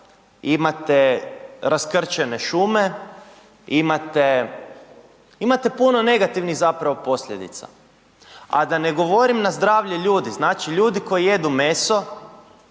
imate raskrčene šume, imate, imate puno negativnih zapravo posljedica. A da ne govorim na zdravlje ljudi, znači ljudi koji jedu meso